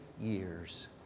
years